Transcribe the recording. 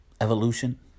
evolution